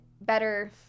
better